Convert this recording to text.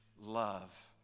Love